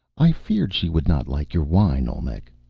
i feared she would not like your wine, olmec,